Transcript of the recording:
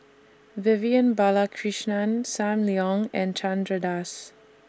Vivian Balakrishnan SAM Leong and Chandra Das